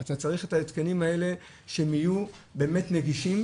אתה צריך את ההתקנים האלה שהם יהיו באמת נגישים